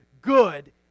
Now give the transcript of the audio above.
good